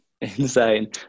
insane